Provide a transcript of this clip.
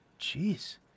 Jeez